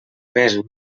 pes